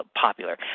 popular